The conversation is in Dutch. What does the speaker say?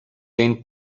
geen